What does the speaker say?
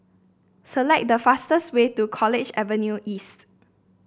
select the fastest way to College Avenue East